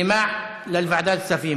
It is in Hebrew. (אומר בערבית: בעד,) לוועדת כספים,